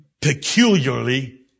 peculiarly